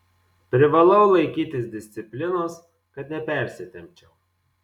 privalau laikytis disciplinos kad nepersitempčiau